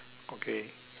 okay